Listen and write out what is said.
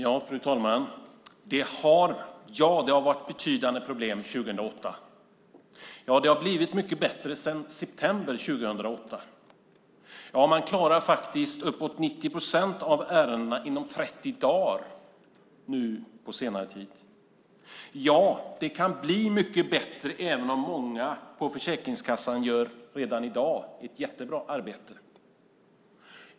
Fru talman! Ja - det har varit betydande problem 2008. Ja - det har blivit mycket bättre sedan september 2008. Ja - man klarar faktiskt upp emot 90 procent av ärendena inom 30 dagar nu på senare tid. Ja - det kan bli mycket bättre, även om många på Försäkringskassan redan i dag gör ett jättebra arbete.